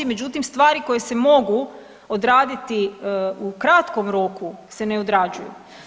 Međutim, stvari koje se mogu odraditi u kratkom roku se ne odrađuju.